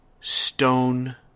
stone